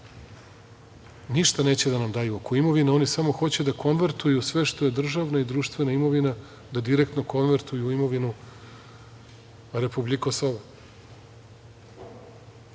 ništa neće da nam daju oko imovine, oni samo hoće da konvertuju sve što je državno i društvena imovina, da direktno konvertuju u imovinu „ republjik Kosovo“.Kako